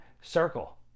Circle